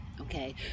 Okay